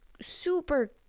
super